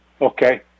okay